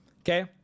okay